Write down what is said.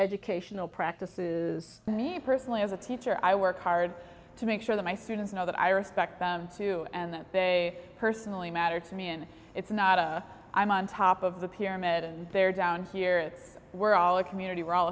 educational practices and me personally as a teacher i work hard to make sure that my students know that i respect them too and that they personally matter to me and it's not a i'm on top of the pyramid and they're down here we're all a community we're all